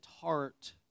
heart